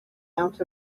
out